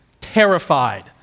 terrified